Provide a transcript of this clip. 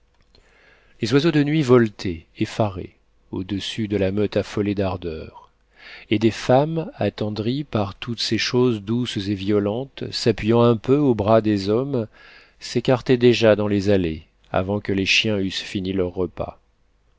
les oiseaux de nuit voletaient effarés au-dessus de la meute affolée d'ardeur et des femmes attendries par toutes ces choses douces et violentes s'appuyant un peu au bras des hommes s'écartaient déjà dans les allées avant que les chiens eussent fini leur repas